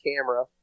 camera